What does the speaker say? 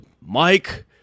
Mike